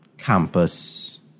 campus